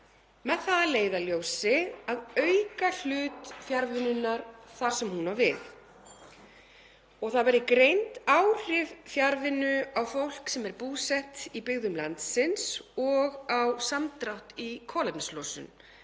það að leiðarljósi að auka hlut fjarvinnunnar þar sem hún á við. Það verði greind áhrif fjarvinnu á fólk sem er búsett í byggðum landsins og á samdrátt í kolefnislosun,